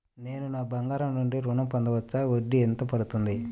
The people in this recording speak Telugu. నేను బంగారం నుండి ఋణం పొందవచ్చా? వడ్డీ ఎంత పడుతుంది?